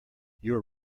your